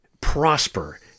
prosper